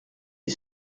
est